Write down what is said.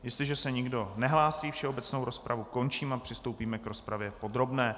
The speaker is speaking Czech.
Jestliže se nikdo nehlásí, všeobecnou rozpravu končím a přistoupíme k rozpravě podrobné.